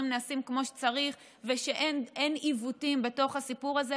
נעשים כמו שצריך ושאין עיוותים בתוך הסיפור הזה.